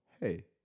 hey